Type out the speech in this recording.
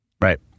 Right